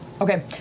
Okay